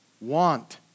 want